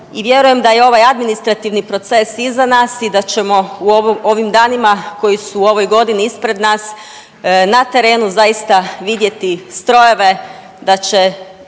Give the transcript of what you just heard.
i vjerujem da je ovaj administrativni proces iza nas i da ćemo u ovim danima koji su u ovoj godini ispred nas na terenu zaista vidjeti strojeve da će